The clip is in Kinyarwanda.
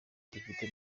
dufite